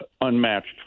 unmatched